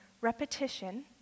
Repetition